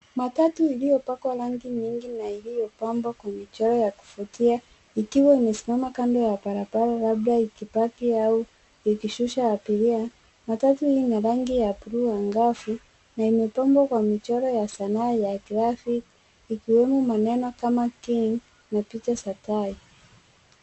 Matatu iliyopakwa rangi nyingi na iliyopambwa kwa michoro ya kuvutia ikiwa imesimama kando ya barabara, labda ikipaki au ikishusha abiria. Matatu hii ni rangi ya buluu anagvu na imepambwa kwa michoro ya sanaa ya graphic ikiwemo maneno kama King na picha za tai.